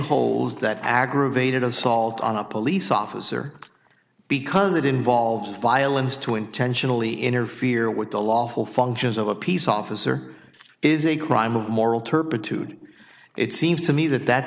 holds that aggravated assault on a police officer because it involves violence to intentionally interfere with a lawful functions of a peace officer is a crime of moral turpitude it seems to me that that